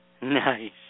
Nice